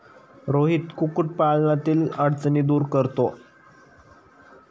रोहित कुक्कुटपालनातील अडचणी दूर करतो